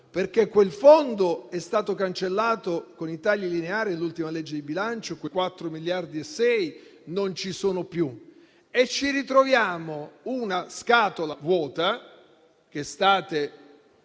perché quel Fondo è stato cancellato con i tagli lineari dell'ultima legge di bilancio, quei 4,6 miliardi non ci sono più e ci ritroviamo una scatola vuota, che state